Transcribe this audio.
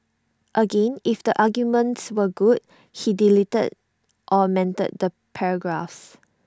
again if the arguments were good he deleted or amended the paragraphs